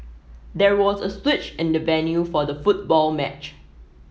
there was a switch in the venue for the football match